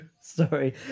sorry